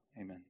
Amen